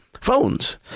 Phones